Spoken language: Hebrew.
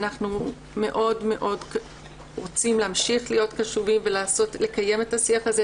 אנחנו מאוד רוצים להמשיך להיות קשובים ולקיים את השיח הזה.